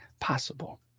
possible